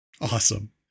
Awesome